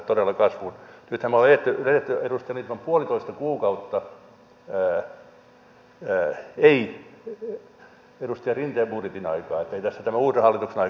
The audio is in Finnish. nythän me olemme eläneet edustaja lindtman puolitoista kuukautta ei edustaja rinteen budjetin aikaa ettei tässä tämän uuden hallituksen aikaa vielä kovin paljoa ole ollut